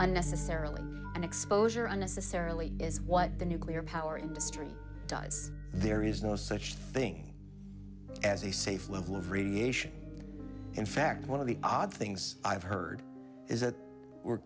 unnecessarily and exposure unnecessarily is what the nuclear power industry does there is no such thing as a safe level of radiation in fact one of the odd things i've heard is that we're